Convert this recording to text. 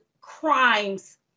crimes